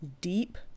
deep